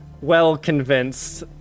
well-convinced